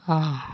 ആഹ്